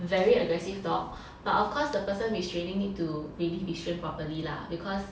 very aggressive dog but of course the person restraining need to really restrain properly lah because